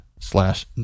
slash